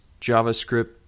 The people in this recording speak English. JavaScript